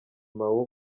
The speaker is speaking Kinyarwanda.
mao